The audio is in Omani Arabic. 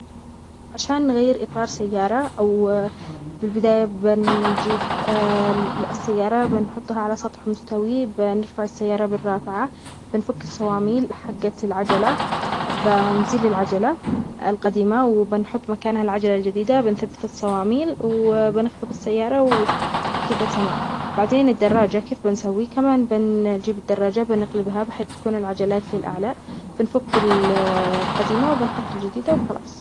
عشان نغير إطار سيارة أو بالبداية بنجيب السيارة بنحطها على سطح مستوي، بنرفع السيارة بالرافعة، بنفك الصواميل حقت العجلة، بنزيل العجلة القديمة، وبنحط مكانها العجلة الجديدة، بنثبت الصواميل، وبنخفض السيارة، وكذا تمام. بعدين الدراجه كيف بنسوي؟ كمان بنجيب الدراجة، بنقلبها بحيث تكون العجلات للأعلى، بنفك القديمة، وبنحط الجديدة، وخلاص.